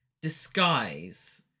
disguise